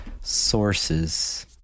sources